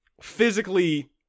physically